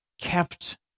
kept